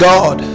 God